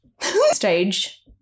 Stage